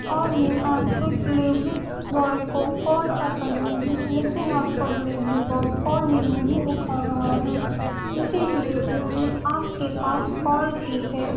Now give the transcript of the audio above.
اور میں آپ کے ڈیلیوری بوائے کو کال کر رہی ہوں لیکن آپ کا ڈیلیوری بوائے کال بھی نہیں اٹھا رہا ہے اسی لیے میں نے آپ کے پاس کال کی ہے